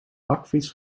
bakfiets